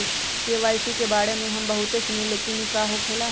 KYC के बारे में हम बहुत सुनीले लेकिन इ का होखेला?